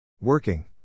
Working